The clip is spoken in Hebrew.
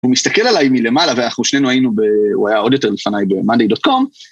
הוא מסתכל עליי מלמעלה, ואנחנו שנינו היינו ב... הוא היה עוד יותר לפניי ב-money.com